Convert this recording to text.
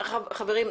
חברים,